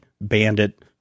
bandit